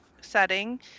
setting